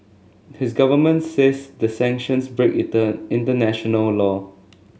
his government says the sanctions break eater international law